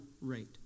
rate